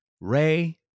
Ray